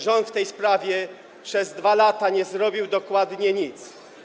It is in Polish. Rząd w tej sprawie przez 2 lata nie zrobił dokładnie nic.